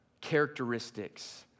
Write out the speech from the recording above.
characteristics